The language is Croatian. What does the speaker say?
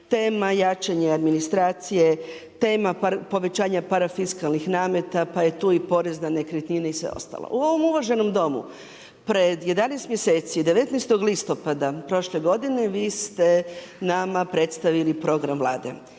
tema jačanja administracije, tema povećanja parafiskalnih nameta, pa je tu i porez na nekretnine i sve ostalo. U ovom uvaženom Domu pred 11 mjeseci, 19. listopada prošle godine vi ste nama predstavili program Vlade.